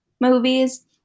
movies